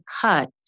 cut